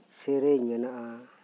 ᱥᱤᱨᱤᱧ ᱢᱮᱱᱟᱜᱼᱟ